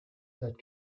that